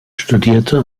studierte